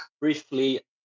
briefly